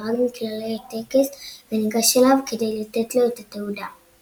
חרג מכללי הטקס וניגש אליו כדי לתת לו את התעודה.